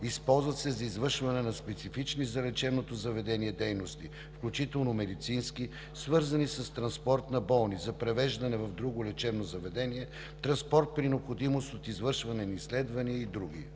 Използват се за извършване на специфични за лечебното заведение дейности, включително медицински, свързани с транспорт на болни – за превеждане в друго лечебно заведение; транспорт при необходимост от извършване на изследвания и други.